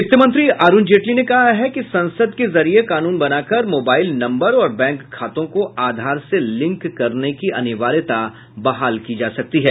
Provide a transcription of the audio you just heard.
वित्त मंत्री अरूण जेटली ने कहा है कि संसद के जरिए कानून बनाकर मोबाईल नम्बर और बैंक खातों को आधार से लिंक करने की अनिवार्यता बहाल की जा सकती है